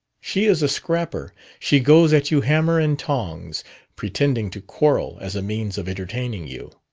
she is a scrapper. she goes at you hammer and tongs pretending to quarrel as a means of entertaining you.